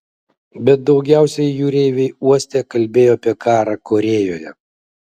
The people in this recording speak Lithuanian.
bet daugiausiai jūreiviai uoste kalbėjo apie karą korėjoje